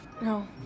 No